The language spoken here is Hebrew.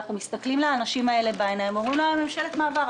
אנחנו מסתכלים לאנשים האלה בעיניים ואומרים להם: ממשלת מעבר.